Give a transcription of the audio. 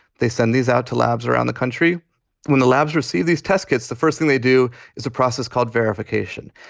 they send these out to labs around the country when the labs receive these test kits. the first thing they do is a process called verification.